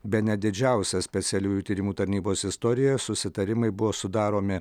bene didžiausia specialiųjų tyrimų tarnybos istorijoje susitarimai buvo sudaromi